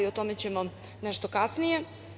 O tome ćemo nešto kasnije.